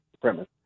premise